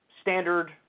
standard